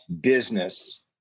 business